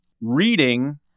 reading